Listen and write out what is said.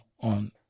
on